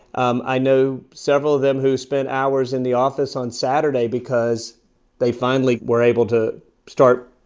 um i know several of them who spent hours in the office on saturday because they finally were able to start,